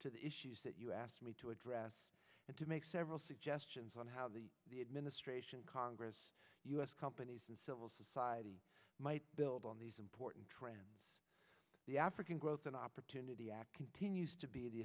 to the issues that you asked me to address and to make several suggestions on how the administration congress u s companies and civil society might build on these important trends the african growth and opportunity act continues to be the